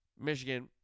Michigan